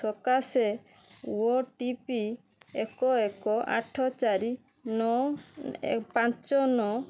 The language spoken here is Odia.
ସକାଶେ ଓ ଟି ପି ଏକ ଏକ ଆଠ ଚାରି ନଅ ପାଞ୍ଚ ନଅ